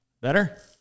Better